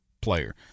player